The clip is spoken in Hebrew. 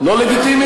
אתה מוזמן